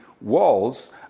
walls